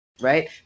Right